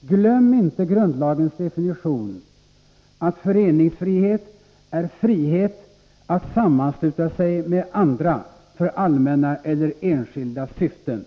Glöm inte grundlagens definition, att föreningsfrihet är frihet att sammansluta sig med andra för allmänna eller enskilda syften.